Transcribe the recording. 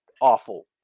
awful